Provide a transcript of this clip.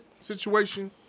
situation